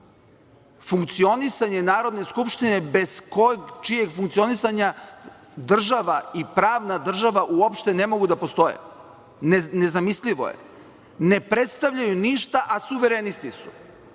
funkcionisanje Narodne skupštine, bez čijeg funkcionisanja država i pravna država uopšte ne mogu da postoje, nezamislivo je, ne predstavljaju ništa, a suverenisti su.